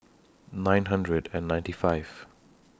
nine hundred and ninety five